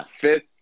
fifth